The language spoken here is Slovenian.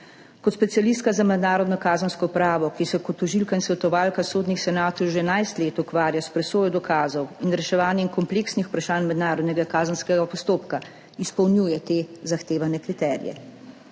Kot specialistka za mednarodno kazensko pravo, ki se kot tožilka in svetovalka sodnih senatov že 11 let ukvarja s presojo dokazov in reševanjem kompleksnih vprašanj mednarodnega kazenskega postopka, izpolnjuje te zahtevane kriterije.